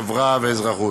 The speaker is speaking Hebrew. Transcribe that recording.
חברה ואזרחות.